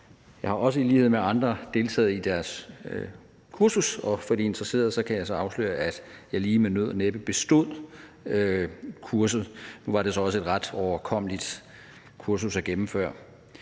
Jeg har også i lighed med andre deltaget i deres kursus, og for de interesserede kan jeg afsløre, at jeg lige med nød og næppe bestod kurset; bortset fra det var det et ret uoverkommeligt kursus at gennemføre.